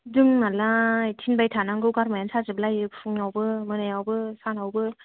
जोंनालाय थिनबाय थानांगौ गारमायानो साजोब लायो फुङावबो मोनायावबो सानावबो